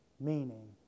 meaning